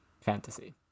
fantasy